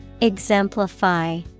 Exemplify